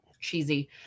cheesy